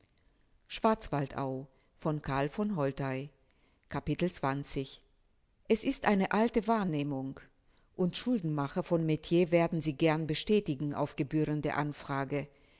capitel es ist eine alte wahrnehmung und schuldenmacher von metier werden sie gern bestätigen auf gebührende anfrage